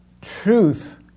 Truth